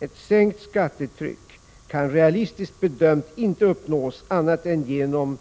Ett sänkt skattetryck kan inte, realistiskt bedömt, uppnås annat än genom